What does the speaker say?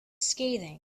scathing